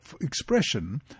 expression